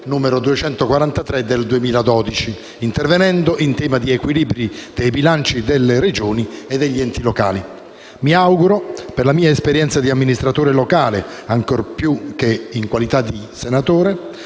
n. 243, intervenendo in tema di equilibri dei bilanci delle Regioni e degli enti locali. Mi auguro, per la mia esperienza di amministratore locale ancor più che in qualità di senatore,